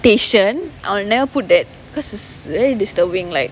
station I will never put that because it's very disturbing like